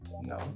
No